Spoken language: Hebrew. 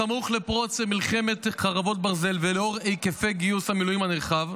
סמוך לפרוץ מלחמת חרבות ברזל ולאור היקפי גיוס המילואים הנרחב,